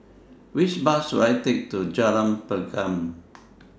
Which Bus should I Take to Jalan Pergam